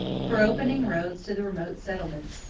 for opening roads to the remote settlements,